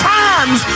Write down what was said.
times